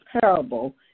parable